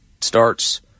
starts